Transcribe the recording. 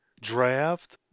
draft